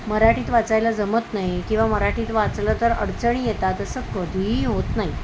मराठीत वाचायला जमत नाही किंवा मराठीत वाचलं तर अडचणी येतात तसं कधीही होत नाही